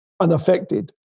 unaffected